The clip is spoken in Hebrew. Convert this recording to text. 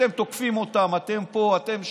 אתם תוקפים אותן, אתם פה, אתם שם.